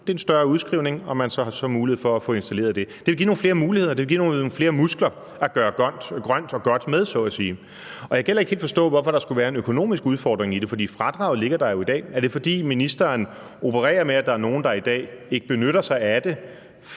Det er en større udskrivning, og man har så mulighed for at få installeret det. Det vil give nogle flere muligheder, og det vil give nogle flere muskler at gøre grønt og godt med, så at sige. Jeg kan heller ikke helt forstå, hvorfor der skulle være en økonomisk udfordring i det, for fradraget ligger der jo i dag. Er det, fordi ministeren opererer med, at der er nogle, der i dag ikke benytter sig af det,